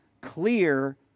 clear